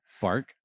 bark